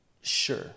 Sure